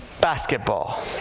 basketball